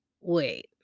Wait